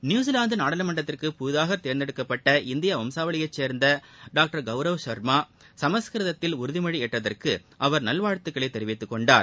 நியூசிலாந்துநாடாளுமன்றத்திற்கு புதிதாகதேர்ந்தெடுக்கப்பட்ட இந்தியவம்சாவளியைசேர்ந்தடாக்டர் கவுரவ் ஷர்மா சமஸ்கிருதத்தில் உறுதிமொழிஏற்றதற்குஅவர் நல்வாழ்த்துகளைதெரிவித்துக் கொண்டார்